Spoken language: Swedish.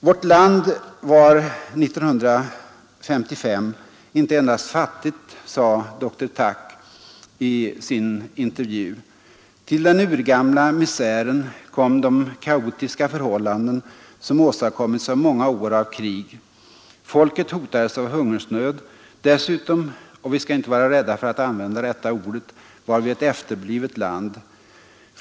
”Vårt land var 1955 inte endast fattigt”, sade dr Thach i intervjun. ”Till den urgamla misären kom de kaotiska förhållanden som åstadkommits av många år av krig. Folket hotades av hungersnöd. Dessutom — och vi skall inte vara rädda för att använda rätta ordet — var vi ett efterblivet land.